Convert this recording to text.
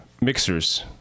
mixers